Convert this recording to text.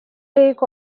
lake